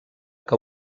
que